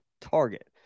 target